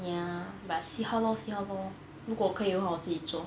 ya but see how lor see how lor 如果可以的话我自己做